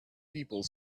people